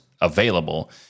available